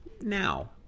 now